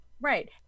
Right